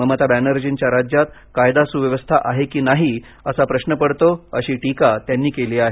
ममता बनर्जींच्या राज्यात कायदा सुव्यवस्था आहे की नाही असं प्रश्न पडतो अशी टीका त्यांनी केली आहे